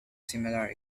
similar